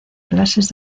clases